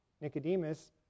Nicodemus